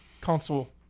Console